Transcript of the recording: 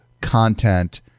content